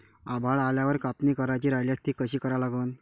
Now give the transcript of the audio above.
आभाळ आल्यावर कापनी करायची राह्यल्यास ती कशी करा लागन?